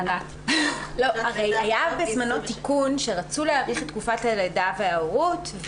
היה בזמנו תיקון שרצו להאריך את תקופת הלידה וההורות,